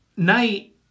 Night